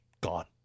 gone